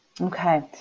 Okay